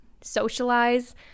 socialize